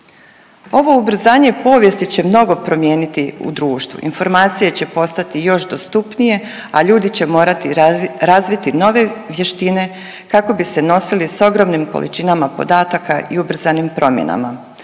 Ovo ubrzanje povijesti će mnogo promijeniti u društvu, informacije će postati još dostupnije, a ljudi će morati razviti nove vještine kako bi se nosili s ogromnim količinama podataka i ubrzanim promjenama.